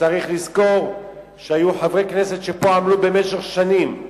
צריך לזכור שהיו חברי כנסת שפה עמלו במשך שנים,